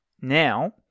Now